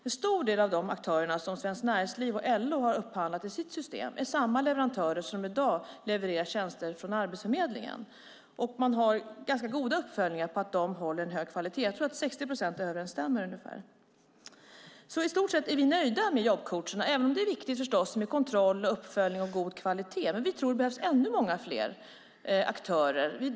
En stor del av de aktörer som Svenskt Näringsliv och LO upphandlat i sitt system är de som i dag levererar tjänster från Arbetsförmedlingen. Man har ganska goda uppföljningar som visar att de håller en hög kvalitet. Jag tror att ungefär 60 procent överensstämmer. I stort sett är vi alltså nöjda med jobbcoacherna. Ändå är det förstås viktigt med kontroll, uppföljning och god kvalitet. Men vi tror att det behövs ytterligare många fler aktörer.